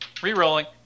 Rerolling